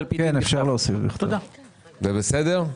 רגע,